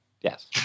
Yes